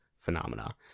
phenomena